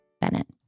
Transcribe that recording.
bennett